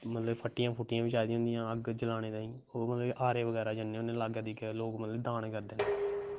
मतलव फट्टियां फुट्टियां चाढ़ी ओड़नियां अग्ग जगानें तांई आरें बगैरा जन्नें होनें लाग्गै धीग्गै लोग मतलव दान करदे